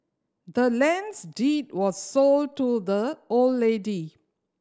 the land's deed was sold to the old lady